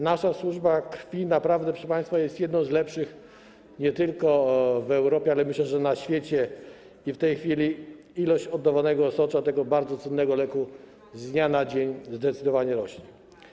Nasza służba krwi naprawdę, proszę państwa, jest jedną z lepszych nie tylko w Europie, ale myślę, że na świecie, i w tej chwili ilość oddawanego osocza, tego bardzo cennego leku z dnia na dzień zdecydowanie rośnie.